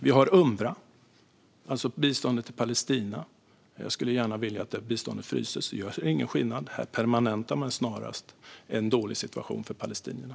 Vi har också UNRWA, alltså biståndet till Palestina. Jag skulle gärna vilja att man frös det biståndet, för det gör ingen skillnad. I stället snarast permanentar man en dålig situation för Palestina.